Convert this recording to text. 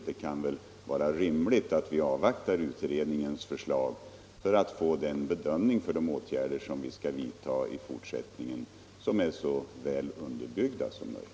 Det kan väl vara rimligt att vi avvaktar utredningens förslag för att få ett sådant underlag för de åtgärder som vi skall vidta i fortsättningen att de blir så väl underbyggda som möjligt.